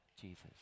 Jesus